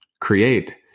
create